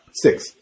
Six